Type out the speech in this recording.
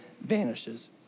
vanishes